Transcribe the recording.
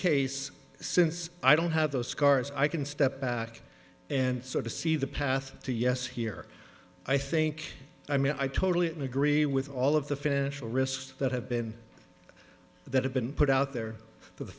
case since i don't have those scars i can step back and sort of see the path to yes here i think i mean i totally agree with all of the financial risks that have been that have been put out there